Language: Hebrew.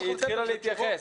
היא התחילה להתייחס.